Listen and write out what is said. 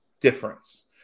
difference